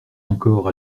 encore